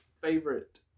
favorite